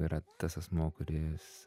yra tas asmuo kuris